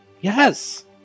Yes